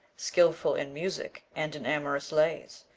skilful in music and in amorous lays,